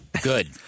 Good